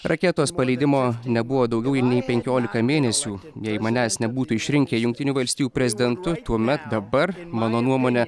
raketos paleidimo nebuvo daugiau nei penkiolika mėnesių jei manęs nebūtų išrinkę jungtinių valstijų prezidentu tuomet dabar mano nuomone